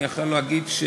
כן.